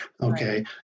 okay